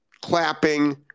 clapping